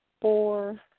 four